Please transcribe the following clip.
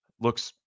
looks